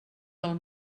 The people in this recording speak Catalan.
del